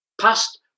past